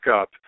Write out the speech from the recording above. up